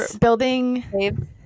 building